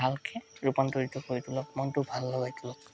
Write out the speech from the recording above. ভালকৈ ৰূপান্তৰিত কৰি তোলক মনটো ভাল লগাই তোলক